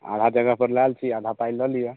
आधा जगह तक लायल छी आधा पाइ लऽ लिअ